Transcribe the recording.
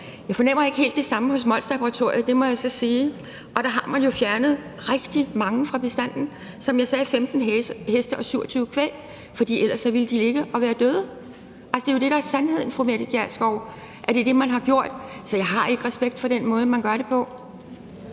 Jeg fornemmer ikke helt det samme hos Molslaboratoriet, må jeg så sige, og der har man jo fjernet rigtig mange dyr fra bestanden – som jeg sagde, var det 15 heste og 27 stykker kvæg – for ellers ville de have ligget og været døde. Altså, det er jo det, der er sandheden, fru Mette Gjerskov – det er det, man har gjort. Så jeg har ikke respekt for den måde, man gør det på.